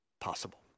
possible